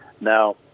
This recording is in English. Now